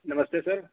नमस्ते sir